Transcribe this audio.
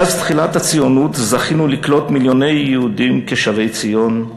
מאז תחילת הציונות זכינו לקלוט מיליוני יהודים כשבי ציון,